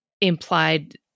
implied